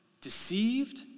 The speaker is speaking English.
Deceived